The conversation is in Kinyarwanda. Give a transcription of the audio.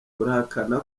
burahakana